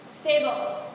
Stable